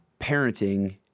parenting